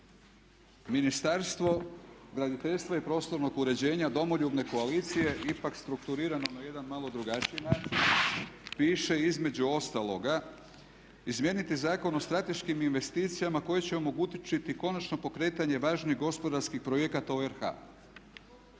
Ministarstvo graditeljstva i prostornog uređenja Domoljubne koalicije ipak strukturirano na jedan malo drugačija način piše između ostaloga. Izmijeniti Zakon o strateškim investicijama koje će omogućiti konačno pokretanje važnih gospodarskih projekata u RH.